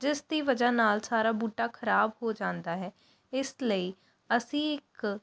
ਜਿਸ ਦੀ ਵਜ੍ਹਾ ਨਾਲ ਸਾਰਾ ਬੂਟਾ ਖਰਾਬ ਹੋ ਜਾਂਦਾ ਹੈ ਇਸ ਲਈ ਅਸੀਂ ਇੱਕ